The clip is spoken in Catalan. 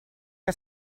que